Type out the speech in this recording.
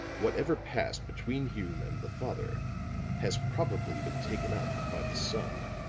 whatever passed between hume and the father has probably been taken up by the son.